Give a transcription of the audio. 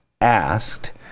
asked